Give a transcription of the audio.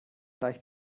leicht